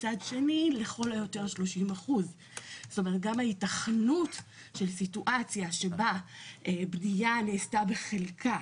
מצד שני לכל היותר 30%. גם ההיתכנות של סיטואציה שבה בנייה נעשתה בחלקה